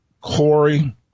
Corey